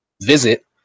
visit